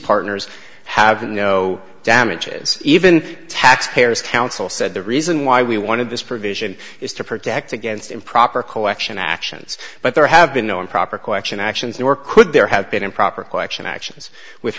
partners have no damages even taxpayers counsel said the reason why we wanted this provision is to protect against improper collection actions but there have been no improper question actions nor could there have been improper question actions with